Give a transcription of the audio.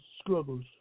struggles